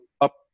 up